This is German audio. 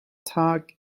tag